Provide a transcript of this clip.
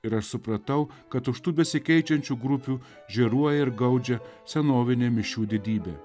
ir aš supratau kad už tų besikeičiančių grupių žėruoja ir gaudžia senovinė mišių didybė